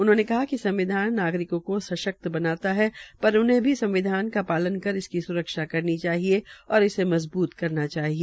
उन्होंने कहा कि संविधान नागरिककों को सशक्त बनाता हैपर उन्हें भी संविधा का पालन कर इसकी सुरक्षा करनी चाहिए और इसे मजब्त करना चाहिए